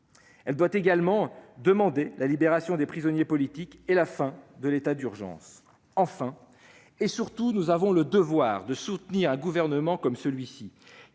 Elle doit également demander la libération des prisonniers politiques et la fin de l'état d'urgence. Enfin, et surtout, nous avons le devoir de soutenir un gouvernement qui